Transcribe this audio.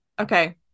okay